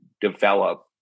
Develop